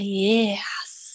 yes